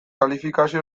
kalifikazio